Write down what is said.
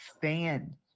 fan